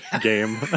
game